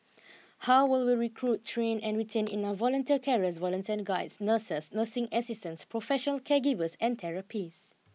how will we recruit train and retain enough volunteer carers volunteer guides nurses nursing assistants professional caregivers and therapists